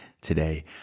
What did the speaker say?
today